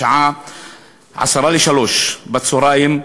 בשעה 14:50,